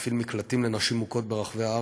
המפעיל מרכזי הגנה ומקלטים לנשים מוכות ברחבי הארץ.